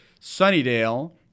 Sunnydale